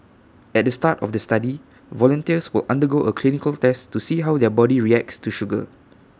at the start of the study volunteers will undergo A clinical test to see how their body reacts to sugar